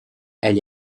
elle